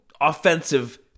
offensive